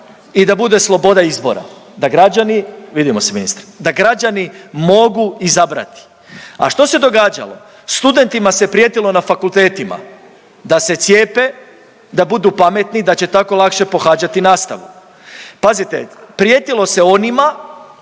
i da bude sloboda izbora, da građani, vidimo se ministre, da građani mogu izabrati. A što se događalo? Studentima se prijetilo na fakultetima da se cijepe, da budu pametni da će tako lakše pohađati nastavu. Pazite, prijetilo se onima